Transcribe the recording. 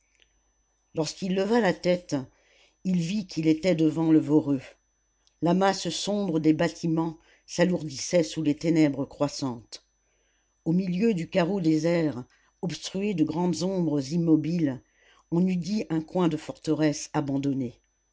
lorsqu'il leva la tête il vit qu'il était devant le voreux la masse sombre des bâtiments s'alourdissait sous les ténèbres croissantes au milieu du carreau désert obstrué de grandes ombres immobiles on eût dit un coin de forteresse abandonnée